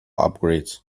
upgrades